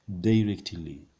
directly